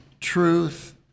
truth